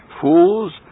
fools